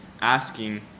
asking